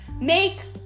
make